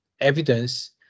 evidence